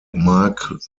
mark